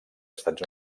estats